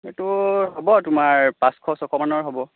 সেইটো হ'ব তোমাৰ পাঁচশ ছশ মানৰ হ'ব